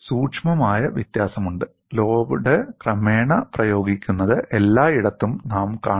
സൂക്ഷ്മമായ വ്യത്യാസമുണ്ട് ലോഡ് ക്രമേണ പ്രയോഗിക്കുന്നത് എല്ലായിടത്തും നാം കാണുന്നു